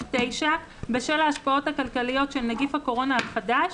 9 בשל ההשפעות הכלכליות של נגיף הקורונה החדש,